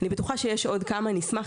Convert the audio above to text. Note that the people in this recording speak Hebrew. אני בטוחה שיש עוד כמה ואנחנו נשמח